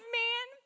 man